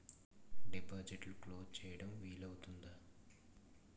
డిపాజిట్లు క్లోజ్ చేయడం వీలు అవుతుందా?